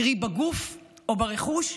קרי, בגוף או ברכוש,